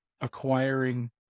acquiring